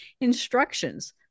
instructions